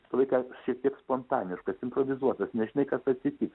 visą laiką šiek tiek spontaniškas improvizuotas nežinai kas atsitiks